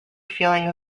feeling